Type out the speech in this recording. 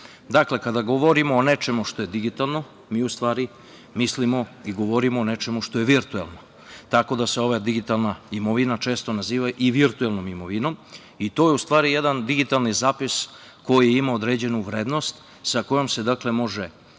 Dakle, kada govorimo o nečemu što je digitalno mi u stvari mislimo i govorimo o nečemu što je virtuelno, tako da se ova digitalna imovina često naziva i virtuelnom imovinom i to je u stvari jedan digitalni zapis koji ima određenu vrednost sa kojom se, dakle može